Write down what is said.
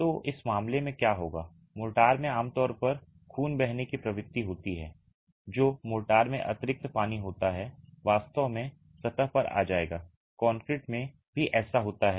तो इस मामले में क्या होगा मोर्टार में आमतौर पर खून बहने की प्रवृत्ति होती है जो मोर्टार में अतिरिक्त पानी होता है वास्तव में सतह पर आ जाएगा कंक्रीट में भी ऐसा होता है